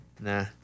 Nah